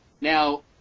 Now